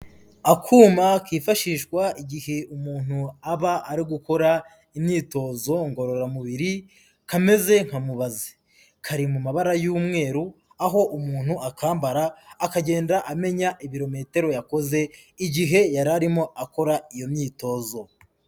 Akuma kifashishwa igihe umuntu aba ari gukora imyitozo ngororamubiri, kameze nka mubazi. Kari mu mabara y'umweru, aho umuntu akambara akagenda amenya ibirometero yakoze, igihe yari arimo akora iyo myitozo.